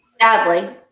sadly